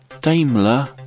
Daimler